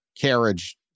carriage